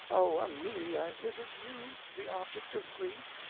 oh, amelia, is it you, the object of grief,